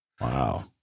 Wow